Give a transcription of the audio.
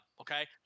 Okay